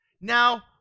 Now